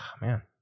Man